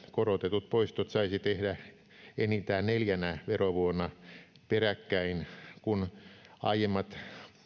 korotetut poistot saisi tehdä enintään neljänä verovuonna peräkkäin kun aiemmat